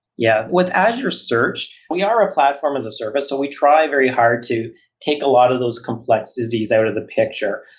yeah. with azure search, we are a platform as a service, so we try very hard to take a lot of those complexities out of the picture.